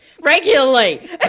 Regularly